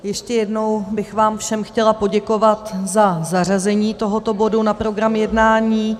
Ještě jednou bych vám všem chtěla poděkovat za zařazení tohoto bodu na program jednání.